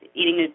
eating